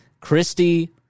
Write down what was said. Christie